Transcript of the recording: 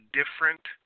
different